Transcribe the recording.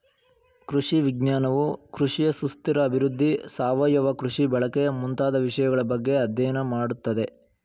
ಕೃಷಿ ವಿಜ್ಞಾನವು ಕೃಷಿಯ ಸುಸ್ಥಿರ ಅಭಿವೃದ್ಧಿ, ಸಾವಯವ ಕೃಷಿ ಬಳಕೆ ಮುಂತಾದ ವಿಷಯಗಳ ಬಗ್ಗೆ ಅಧ್ಯಯನ ಮಾಡತ್ತದೆ